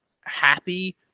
happy